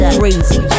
crazy